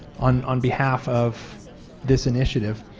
on on behalf of this initiative,